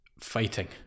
Fighting